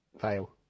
Fail